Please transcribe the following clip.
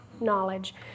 knowledge